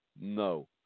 No